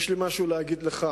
יש לי משהו להגיד לך